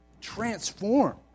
transform